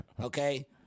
okay